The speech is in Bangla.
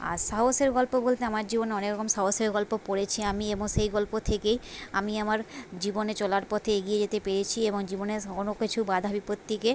আর সাহসের গল্প বলতে আমার জীবনে অনেক রকম সাহসের গল্প পড়েছি আমি এবং সেই গল্প থেকেই আমি আমার জীবনে চলার পথে এগিয়ে যেতে পেরেছি এবং জীবনে কখনো কিছু বাধা বিপত্তিকে